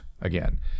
again